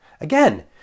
Again